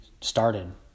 started